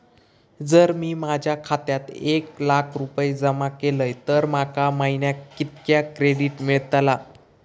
जर मी माझ्या खात्यात एक लाख रुपये जमा केलय तर माका महिन्याक कितक्या क्रेडिट मेलतला?